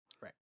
Right